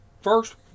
first